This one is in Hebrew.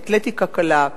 אתלטיקה קלה,